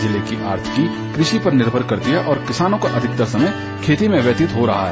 जिले की आर्थिक कृषि पर निर्भर करती है और किसानों का अधिकतर समय खेती में व्यतीत हो रहा है